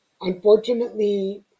Unfortunately